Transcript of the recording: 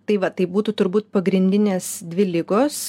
tai va tai būtų turbūt pagrindinės dvi ligos